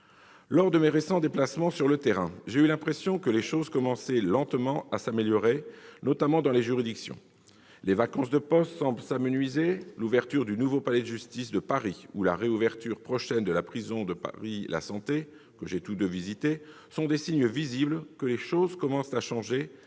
Lors de mes récents déplacements sur le terrain, j'ai eu l'impression que les choses commençaient, lentement, à s'améliorer, notamment dans les juridictions. Les vacances de postes semblent s'amenuiser, l'ouverture du nouveau palais de justice de Paris ou la réouverture prochaine de la prison de Paris-La Santé- sites que j'ai tous deux visités -sont des signes visibles que la situation commence à évoluer,